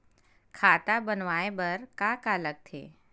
खाता बनवाय बर का का लगथे?